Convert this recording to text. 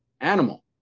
animal